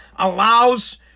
Allows